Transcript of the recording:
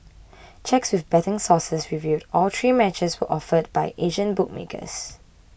checks with betting sources revealed all three matches were offered by Asian bookmakers